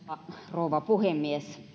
rouva puhemies